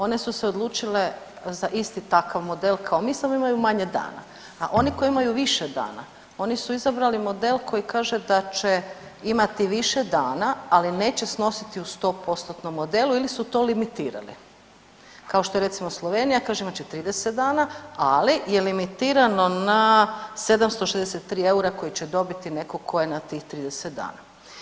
One su se odlučile za isti takav model kao mi samo imaju manje dana, a oni koji imaju više dana, oni su izabrali model koji kaže da će imati više dana, ali neće snositi u 100%-tnom modelu ili su to limitirali, kao što je recimo, Slovenija, kaže imat će 30 dana, ali je limitirano na 763 eura koji će dobiti netko tko je na tih 30 dana.